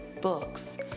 books